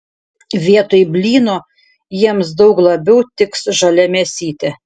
vietoj blyno jiems daug labiau tiks žalia mėsytė